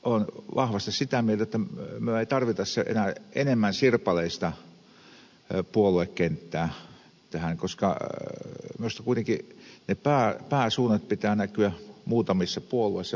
olen vahvasti sitä mieltä jotta me emme tarvitse enemmän sirpaleista puoluekenttää tähän koska minusta kuitenkin pääsuuntien pitää näkyä muutamissa puolueissa jotka ovat